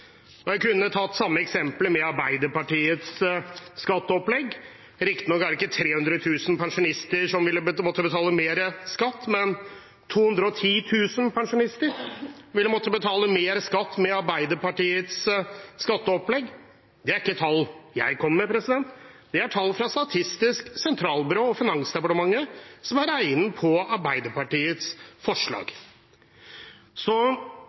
gå. Jeg kunne tatt samme eksempel med Arbeiderpartiets skatteopplegg. Riktignok er det ikke 300 000 pensjonister som ville måtte betale mer skatt, men 210 000 pensjonister ville måtte betale mer skatt med Arbeiderpartiets skatteopplegg. Det er ikke tall jeg kommer med. Det er tall fra Statistisk sentralbyrå og Finansdepartementet, som har regnet på Arbeiderpartiets forslag.